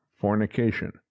fornication